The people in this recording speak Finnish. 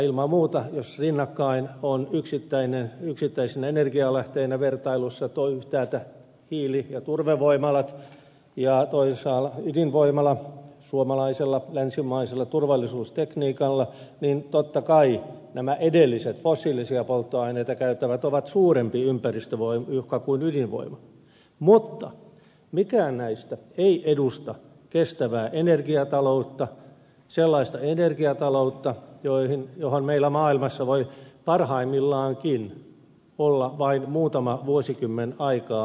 ilman muuta jos rinnakkain ovat yksittäisenä energialähteenä vertailussa yhtäältä hiili ja turvevoimalat ja toisaalla ydinvoimala suomalaisella länsimaisella turvallisuustekniikalla niin totta kai nämä edelliset fossiilisia polttoaineita käyttävät ovat suurempi ympäristöuhka kuin ydinvoima mutta mikään näistä ei edusta kestävää energiataloutta sellaista energiataloutta johon meillä maailmassa voi parhaimmillaankin olla vain muutama vuosikymmen aikaa siirtyä